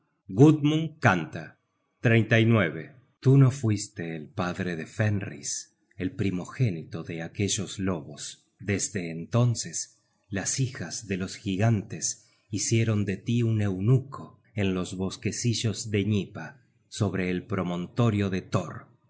search generated at gudmund canta tú no fuiste el padre de fenris el primogénito de aquellos lobos desde entonces las hijas de los gigantes hicieron de tí un eunuco en los bosquecillos de gnipa sobre el promontorio de thor los